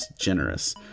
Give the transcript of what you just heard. generous